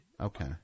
Okay